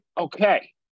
okay